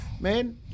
man